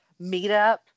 meetup